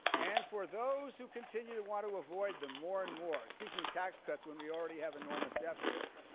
and for those who continue to want to avoid them more and more, seeking tax cuts when we already have enormous deficits,